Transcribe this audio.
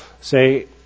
Say